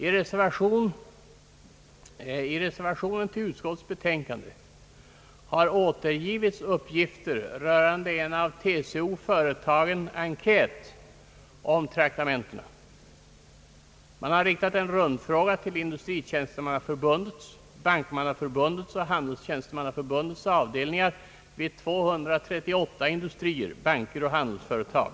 I reservationen till utskottets betänkande har återgivits uppgifter rörande en av TCO företagen enkät om traktamenten. Man har riktat en rundfråga till industritjänstemannaförbundets, bankmannaförbundets och handelstjänstemannaförbundets avdelningar vid 238 industrier, banker och handelsföretag.